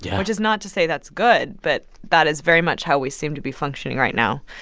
yeah which is not to say that's good. but that is very much how we seem to be functioning right now.